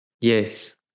Yes